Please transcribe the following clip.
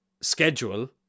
schedule